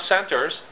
centers